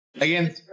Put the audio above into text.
Again